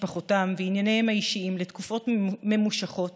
משפחתם וענייניהם האישיים לתקופות ממושכות